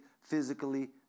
physically